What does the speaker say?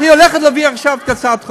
היא הולכת, לקריאה ראשונה את הצעת החוק.